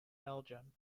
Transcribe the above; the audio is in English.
belgium